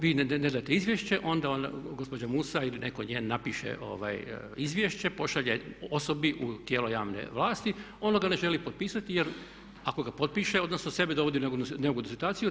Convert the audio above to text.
Vi ne date izvješće, onda gospođa Musa ili netko njen napiše izvješće, pošalje osobi u tijelo javne vlasti, ono ga ne želi potpisati jer ako ga potpiše, odnosno sebe dovodi u neugodnu situaciju.